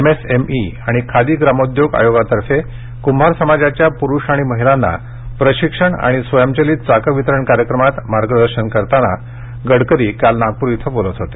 MSME आणि खादी ग्रामोद्योग आयोगातर्फे क्भार समाजाच्या प्रुष आणि महिलांना प्रशिक्षण आणि स्वयंचलित चाकं वितरण कार्यक्रमात मार्गदर्शन करताना गडकरी काल नागप्रात बोलत होते